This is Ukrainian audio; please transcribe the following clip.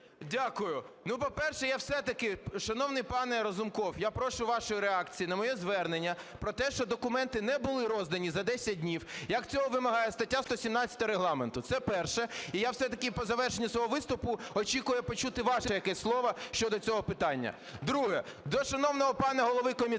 Дякую. Ну, по-перше, я все-таки, шановний пане Разумков, я прошу вашої реакції на моє звернення про те, що документи не були роздані за 10 днів, як цього вимагає стаття 117 Регламенту. Це перше. І я все-таки по завершенню свого виступу очікую почути ваше якесь слово щодо цього питання. Друге - до шановного пана голови комітету.